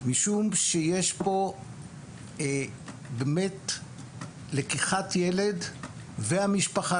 וזאת משום שיש פה באמת לקיחת ילד והמשפחה